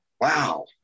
Wow